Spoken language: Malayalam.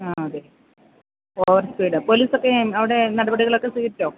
ആ അതേ ഓവർ സ്പീഡ് പോലിസോക്കെ അവിടെ നടപടികളൊക്കെ സ്വീകരിച്ചോ